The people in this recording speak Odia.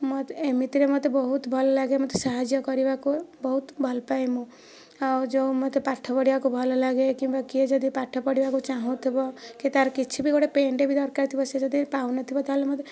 ଏମିତି ରେ ମୋତେ ବହୁତ ଭଲ ଲାଗେ ମୋତେ ସାହାଯ୍ୟ କରିବାକୁ ବହୁତ ଭଲ ପାଏ ମୁଁ ଆଉ ଯେଉଁ ମୋତେ ପାଠ ପଢ଼ିବାକୁ ଭଲ ଲାଗେ କିମ୍ବା କିଏ ଯଦି ପାଠ ପଢ଼ିବାକୁ ଚାଁହୁଥିବ କି ତା'ର କିଛି ବି ଗୋଟିଏ ପେନ୍ ଟେ ବି ଦରକାର ଥିବ ସେ ଯଦି ପାଉନଥିବ ତା'ହେଲେ ମୋତେ